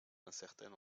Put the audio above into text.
incertaine